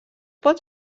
pot